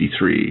1953